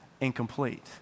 incomplete